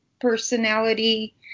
personality